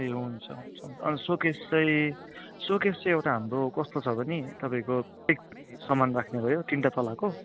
ए हुन्छ हुन्छ अन्त सोकेस चाहिँ सोकेस चाहिँ एउटा हाम्रो कस्तो छ भने तपाईँको पिक सामान राख्ने भयो तिनटा तलाको